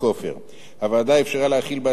הוועדה אפשרה להחיל בעתיד את ההסדר גם על